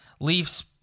Leafs